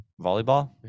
Volleyball